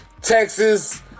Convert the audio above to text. Texas